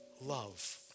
love